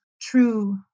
true